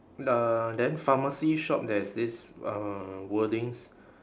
the then pharmacy shop there's this uh wordings